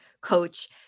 coach